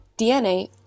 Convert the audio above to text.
DNA